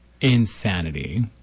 insanity